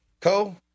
Co